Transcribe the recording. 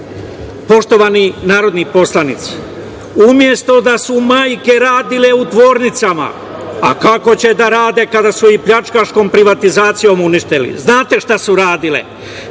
narodni poslanici, umesto da su majke radile u tvornicama, a kako će da rade, kada su ih pljačkaškom privatizacijom uništili. Znate šta su radile?